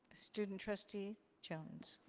student trustee jones.